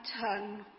tongue